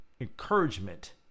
encouragement